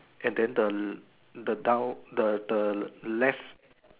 and then the the down the the left